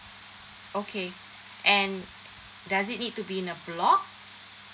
okay and does it need to be in a block